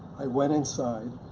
i went inside.